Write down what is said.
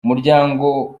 umuryango